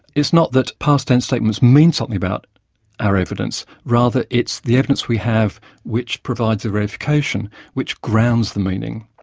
it's not that past tense statements mean something about our evidence. rather, it's the evidence we have which provides a verification, which grounds the meaning.